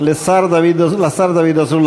לשר דוד אזולאי,